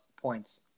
points